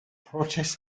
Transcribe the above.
protests